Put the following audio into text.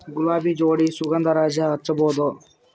ಗುಲಾಬಿ ಜೋಡಿ ಸುಗಂಧರಾಜ ಹಚ್ಬಬಹುದ?